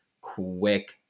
quick